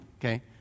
okay